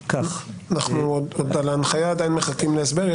על ההנחיה אנחנו עדיין מחכים להסבר.